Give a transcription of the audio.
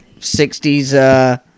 60s